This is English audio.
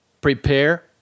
prepare